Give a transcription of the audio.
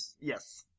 Yes